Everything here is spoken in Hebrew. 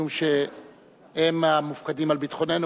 משום שהם המופקדים על ביטחוננו,